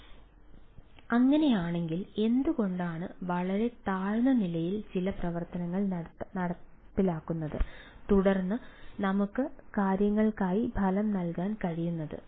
അതിനാൽ അങ്ങനെയാണെങ്കിൽ എന്തുകൊണ്ടാണ് വളരെ താഴ്ന്ന നിലയിൽ ചില പ്രവർത്തനങ്ങൾ നടത്താത്തത് തുടർന്ന് നമുക്ക് കാര്യങ്ങൾക്കായി ഫലം നൽകാൻ കഴിയും